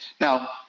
Now